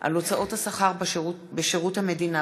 על הוצאות השכר בשירות המדינה,